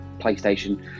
PlayStation